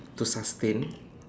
to sustain